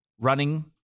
running